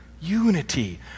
unity